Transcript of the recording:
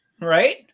Right